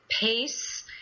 pace –